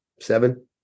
seven